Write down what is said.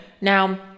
Now